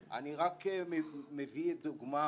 אבל אני מביא דוגמה,